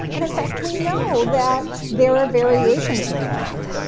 and, in fact, we know that there are variations in that.